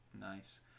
Nice